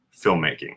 filmmaking